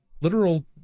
Literal